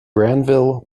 granville